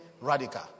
radical